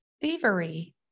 thievery